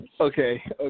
Okay